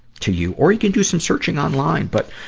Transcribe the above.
to you. or you can do some searching online. but,